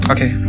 Okay